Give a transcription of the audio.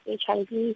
HIV